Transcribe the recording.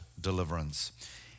deliverance